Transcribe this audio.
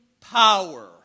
power